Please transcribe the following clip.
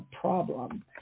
problem